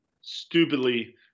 stupidly